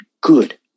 good